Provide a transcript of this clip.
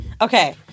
Okay